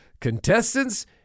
Contestants